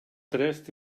dressed